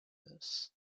madras